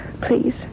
Please